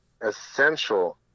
essential